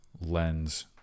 lens